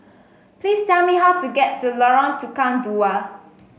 please tell me how to get to Lorong Tukang Dua